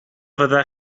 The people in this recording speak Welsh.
fydda